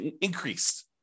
increased